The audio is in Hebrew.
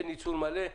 אין ניצול מלא.